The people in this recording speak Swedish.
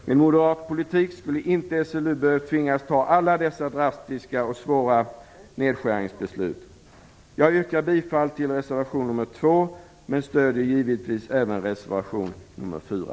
Med moderat politik skulle SLU inte tvingas behöva fatta alla dessa drastiska och svåra nedskärningsbeslut. Jag yrkar bifall till reservation nr 2, men stöder givetvis även reservation nr 4.